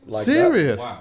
Serious